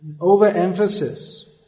overemphasis